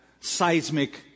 seismic